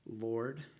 Lord